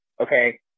Okay